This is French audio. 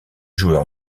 joueur